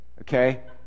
okay